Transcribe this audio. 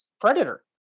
predator